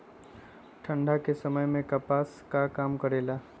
ठंडा के समय मे कपास का काम करेला?